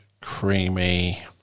creamy